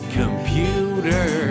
computer